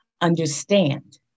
understand